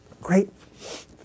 great